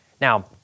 Now